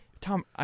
Tom